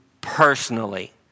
personally